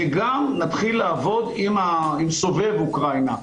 וגם נתחיל לעבוד עם סובב אוקראינה,